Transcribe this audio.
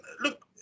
look